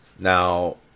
now